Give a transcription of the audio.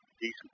decent